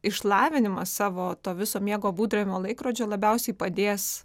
išlavinimas savo to viso miego būdravimo laikrodžio labiausiai padės